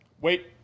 Wait